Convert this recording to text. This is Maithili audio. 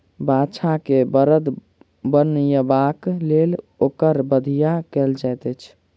बाछा के बड़द बनयबाक लेल ओकर बधिया कयल जाइत छै